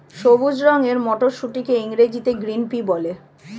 সবুজ রঙের মটরশুঁটিকে ইংরেজিতে গ্রিন পি বলে